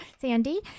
Sandy